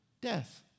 Death